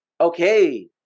okay